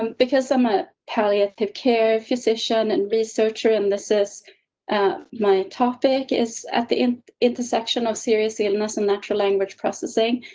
um because i'm a palliative care physician and researcher, and this is my topic is at the intersection of serious illness and natural language processing.